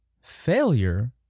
Failure